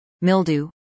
mildew